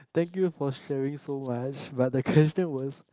thank you for sharing so much but the question was